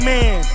Man